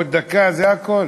אני אתן לך זמן אם אני אחליט.